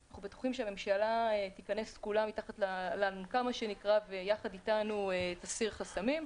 אנחנו בטוחים שהממשלה תכנס כולה מתחת לאלונקה ויחד איתנו תסיר חסמים.